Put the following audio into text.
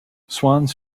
swans